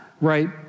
right